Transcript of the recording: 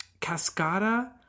Cascada